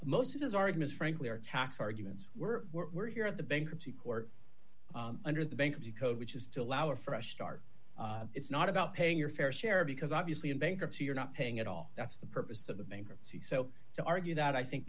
most of those arguments frankly are tax arguments we're we're here at the bankruptcy court under the bankruptcy code which is to allow a fresh start it's not about paying your fair share because obviously in bankruptcy you're not paying at all that's the purpose of the bankruptcy so to argue that i think